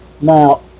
Now